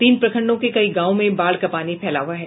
तीन प्रखंडों के कई गांवों में बाढ़ का पानी फैला हुआ है